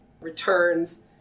returns